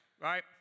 right